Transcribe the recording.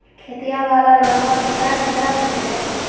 खेतिया वाला लोनमा केकरा केकरा मिलते?